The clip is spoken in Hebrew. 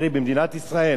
זה בניגוד לחוק.